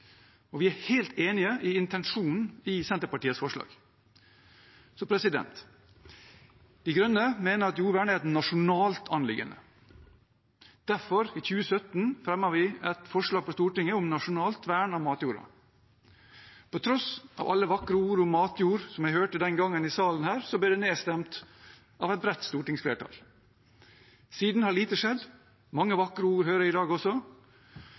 og vi er helt enig i intensjonen i Senterpartiets forslag. De Grønne mener at jordvern er et nasjonalt anliggende. Derfor fremmet vi i 2017 et forslag på Stortinget om nasjonalt vern av matjorda. På tross av alle vakre ord om matjord som jeg hørte den gangen i salen her, ble det nedstemt av et bredt stortingsflertall. Siden har lite skjedd. Mange vakre ord hører jeg i dag også,